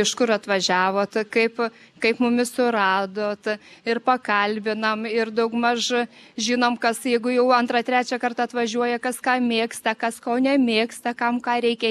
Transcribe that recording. iš kur atvažiavote kaip kaip mumis suradot ir pakalbinam ir daugmaž žinom kas jeigu jau antrą trečią kartą atvažiuoja kas ką mėgsta kas ko nemėgsta kam ką reikia